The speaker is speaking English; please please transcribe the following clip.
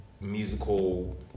musical